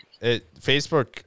Facebook